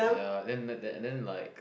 ya then and then like